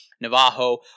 navajo